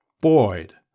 Boyd